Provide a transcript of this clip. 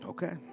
Okay